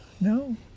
No